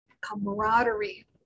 camaraderie